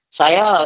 saya